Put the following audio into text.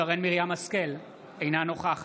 שרן מרים השכל, אינה נוכחת